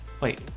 wait